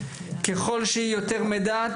ככל שיהיה יותר מידע,